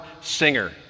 Singer